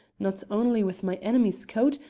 not only with my enemy's coat,